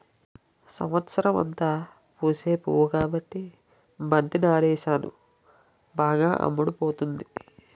సంవత్సరమంతా పూసే పువ్వు కాబట్టి బంతి నారేసాను బాగా అమ్ముడుపోతుంది